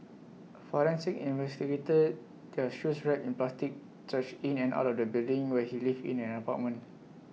forensic investigators their shoes wrapped in plastic trudged in and out of the building where he lived in an apartment